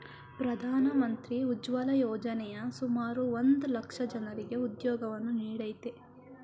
ಪ್ರಧಾನ ಮಂತ್ರಿ ಉಜ್ವಲ ಯೋಜನೆಯು ಸುಮಾರು ಒಂದ್ ಲಕ್ಷ ಜನರಿಗೆ ಉದ್ಯೋಗವನ್ನು ನೀಡಯ್ತೆ